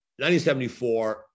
1974